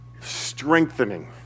strengthening